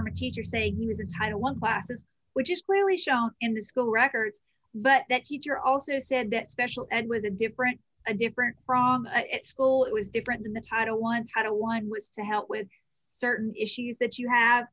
from a teacher saying he was in taiwan classes which is clearly shown in the school records but that teacher also said that special ed was a different a different from school it was different than the title once had a one was to help with certain issues that you have